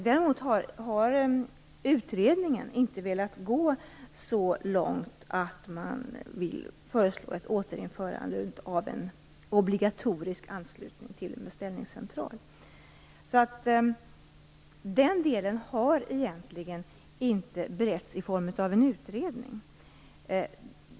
Däremot har utredningen inte velat gå så långt som till ett förslag om återinförande av en obligatorisk anslutning till en beställningscentral. Den delen har egentligen inte beretts i form av en utredning.